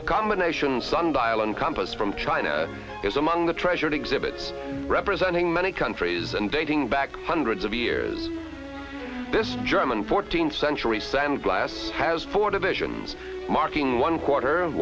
a combination sun dial and compass from china is among the treasured exhibits representing many countries and dating back hundreds of years this german fourteenth century sandblast has four divisions marking one quarter